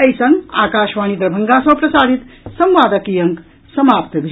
एहि संग आकाशवाणी दरभंगा सँ प्रसारित संवादक ई अंक समाप्त भेल